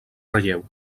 relleu